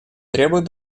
требуют